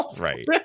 right